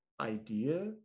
idea